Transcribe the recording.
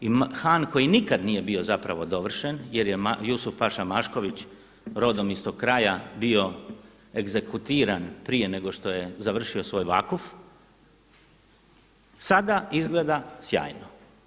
I Han koji nikad nije bio zapravo dovršen jer je Jusuf paša Mašković rodom iz tog kraja bio egzekutiran prije nego što je završio svoj Vakuf sada izgleda sjajno.